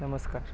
नमस्कार